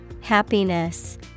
Happiness